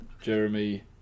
Jeremy